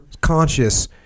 conscious